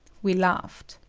we laughed.